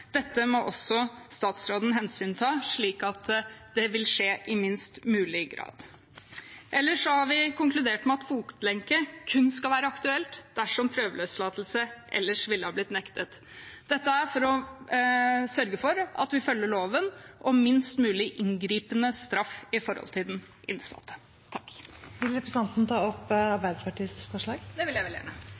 Dette må også statsråden hensynta, slik at det vil skje i minst mulig grad. Ellers har vi konkludert med at fotlenke kun skal være aktuelt dersom prøveløslatelse ellers ville blitt nektet. Dette er for å sørge for at vi følger loven om minst mulig inngripende straff for den innsatte. Jeg tar til slutt opp forslaget fra Arbeiderpartiet og SV. Representanten Maria Aasen-Svensrud har tatt opp det